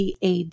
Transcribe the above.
CAD